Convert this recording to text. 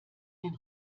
den